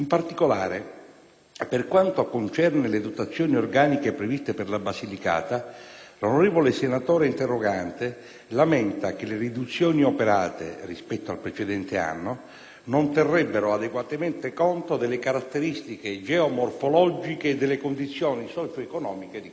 per quanto concerne le dotazioni organiche previste per la Basilicata, l'onorevole senatore interrogante lamenta che le riduzioni operate, rispetto al precedente anno, non terrebbero adeguatamente conto delle caratteristiche geomorfologiche e delle condizioni socio-economiche di quella Regione.